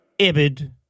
ibid